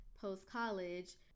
post-college